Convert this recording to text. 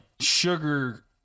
sugar